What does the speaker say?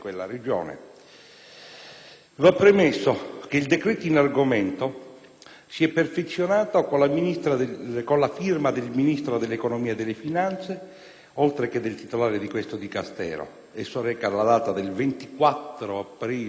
Va premesso che il decreto in argomento si è perfezionato con la firma del Ministro dell'economia e delle finanze, oltre che del titolare di questo Dicastero. Esso reca la data del 24 aprile 2008,